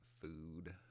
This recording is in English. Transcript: food